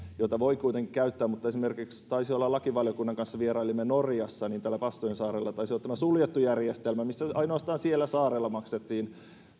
joita voi kuitenkin käyttää mutta esimerkiksi taisi olla lakivaliokunnan kanssa kun vierailimme norjassa bastöyn saarella taisi olla suljettu järjestelmä missä ainoastaan siellä saarella maksettiin